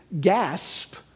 gasp